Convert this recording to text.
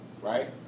right